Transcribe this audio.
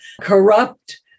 corrupt